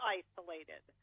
isolated